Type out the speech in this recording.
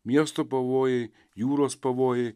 miesto pavojai jūros pavojai